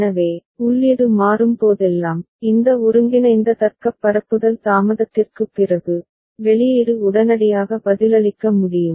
எனவே உள்ளீடு மாறும்போதெல்லாம் இந்த ஒருங்கிணைந்த தர்க்கப் பரப்புதல் தாமதத்திற்குப் பிறகு வெளியீடு உடனடியாக பதிலளிக்க முடியும்